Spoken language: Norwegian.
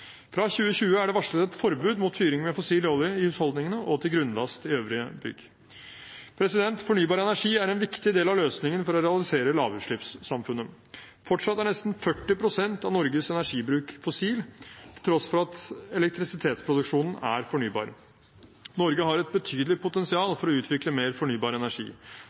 Fra 2020 er det varslet et forbud mot fyring med fossil olje i husholdningene og til grunnlast i øvrige bygg. Fornybar energi er en viktig del av løsningen for å realisere lavutslippssamfunnet. Fortsatt er nesten 40 pst. av Norges energibruk fossil til tross for at elektrisitetsproduksjonen er fornybar. Norge har et betydelig potensial for å utvikle mer fornybar energi.